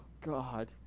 God